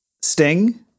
Sting